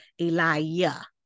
Elijah